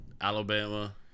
Alabama